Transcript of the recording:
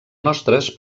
nostres